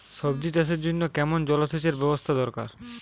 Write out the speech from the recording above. সবজি চাষের জন্য কেমন জলসেচের ব্যাবস্থা দরকার?